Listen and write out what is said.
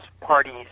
parties